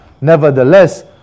Nevertheless